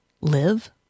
live